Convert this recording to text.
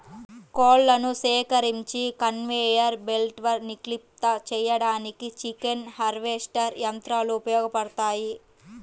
కోళ్లను సేకరించి కన్వేయర్ బెల్ట్పై నిక్షిప్తం చేయడానికి చికెన్ హార్వెస్టర్ యంత్రాలు ఉపయోగపడతాయి